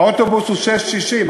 האוטובוס הוא 6.60,